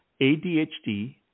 ADHD